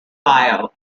ohio